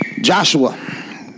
Joshua